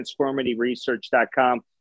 TransformityResearch.com